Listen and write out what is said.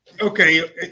okay